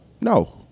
No